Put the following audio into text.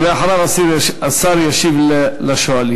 ולאחר מכן השר ישיב לשואלים.